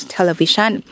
Television